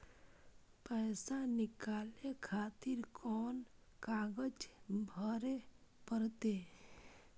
पैसा नीकाले खातिर कोन कागज भरे परतें?